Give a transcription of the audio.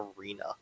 Arena